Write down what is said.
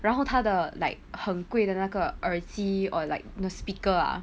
然后她的 like 很贵的那个耳机 or like the speaker ah